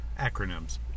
Acronyms